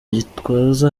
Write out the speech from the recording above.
gitwaza